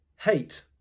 Hate